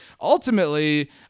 ultimately